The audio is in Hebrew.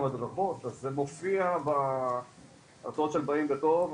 הדרכות אז זה מופיע בהרצאות של "באים בטוב",